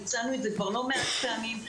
והצענו את זה לא מעט פעמים.